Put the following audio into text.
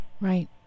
Right